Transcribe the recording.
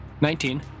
Nineteen